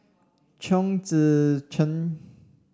Chong Tze Chien